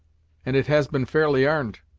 and it has been fairly arned.